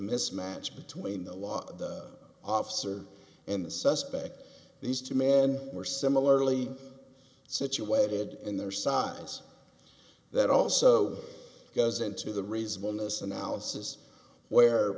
mismatch between the law the officer and the suspect these two men were similarly situated in their size that also goes into the reasonableness analysis where